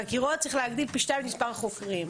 בחקירות צריך להגדיל פי שניים את מספר החוקרים.